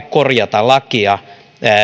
korjata lakia